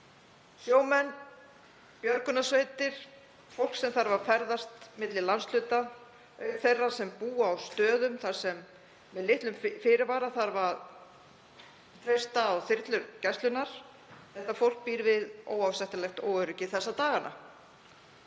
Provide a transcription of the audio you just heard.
Sjómenn, björgunarsveitir, fólk sem þarf að ferðast milli landshluta, auk þeirra sem búa á stöðum þar sem með litlum fyrirvara þarf að treysta á þyrlur Gæslunnar, þetta fólk býr við óásættanlegt óöryggi þessa dagana.